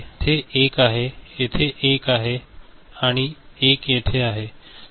तर येथे 1 आहे येथे 1 आहे आणि 1 येथे आहे